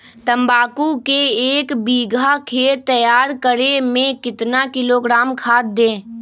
तम्बाकू के एक बीघा खेत तैयार करें मे कितना किलोग्राम खाद दे?